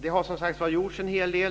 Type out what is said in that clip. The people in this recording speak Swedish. Det har som sagt gjorts en hel del.